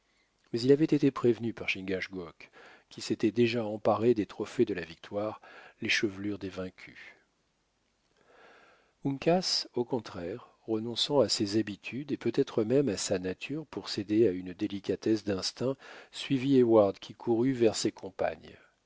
mais il avait été prévenu par chingachgook qui s'était déjà emparé des trophées de la victoire les chevelures des vaincus uncas au contraire renonçant à ses habitudes et peut-être même à sa nature pour céder à une délicatesse d'instinct suivit heyward qui courut vers ses compagnes